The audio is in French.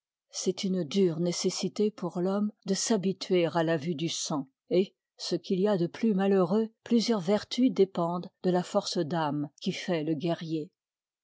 c'est une dure nécessite pour l'homme de s'habituer à la vue du sang et ce qu'il y a de plus malheureux plusieurs vertus dépendent de la foi ce d'âme qui fait le guerrier